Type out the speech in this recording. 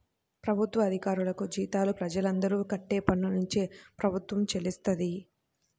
ప్రభుత్వ అధికారులకు జీతాలు ప్రజలందరూ కట్టే పన్నునుంచే ప్రభుత్వం చెల్లిస్తది